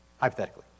Hypothetically